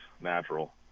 natural